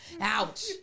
Ouch